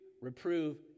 reprove